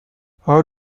how